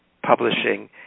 publishing